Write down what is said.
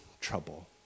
trouble